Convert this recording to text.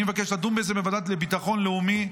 אני מבקש לדון בזה בוועדה לביטחון לאומי.